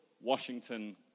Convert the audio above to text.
Washington